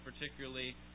particularly